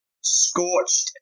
Scorched